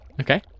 Okay